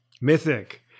mythic